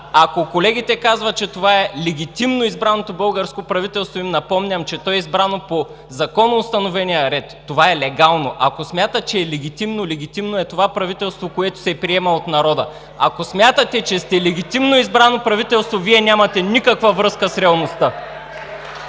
Ако колегите казват, че това е легитимно избраното българско правителство, им напомням, че то е избрано по законоустановения ред. Това е легално. Ако смятат, че е легитимно – легитимно е това правителство, което се приема от народа. Ако смятате, че сте легитимно избрано правителство, Вие нямате никаква връзка с реалността!